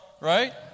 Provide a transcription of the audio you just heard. right